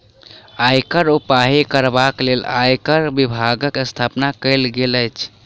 आयकर उगाही करबाक लेल आयकर विभागक स्थापना कयल गेल अछि